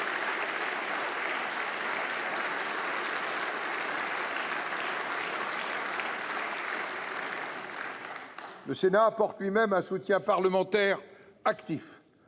Le Sénat apporte lui même un soutien parlementaire actif.